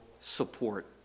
support